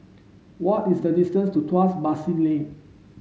what is the distance to Tuas Basin Lane